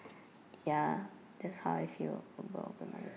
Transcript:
ya that's how I feel about them